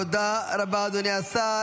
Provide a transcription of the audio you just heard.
תודה רבה, אדוני השר.